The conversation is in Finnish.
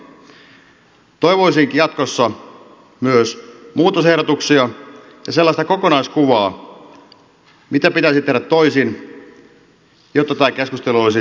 toivoisinkin jatkossa myös muutosehdotuksia ja sellaista kokonaiskuvaa mitä pitäisi tehdä toisin jotta tämä keskustelu olisi rakentavaa